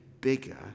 bigger